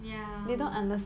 ya